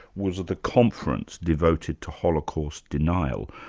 was the conference devoted to holocaust denial.